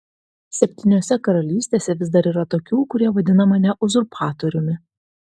septyniose karalystėse vis dar yra tokių kurie vadina mane uzurpatoriumi